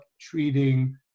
treating